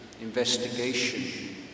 investigation